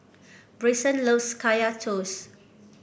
Bryson loves Kaya Toast